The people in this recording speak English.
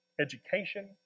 education